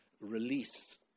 release